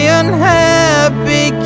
unhappy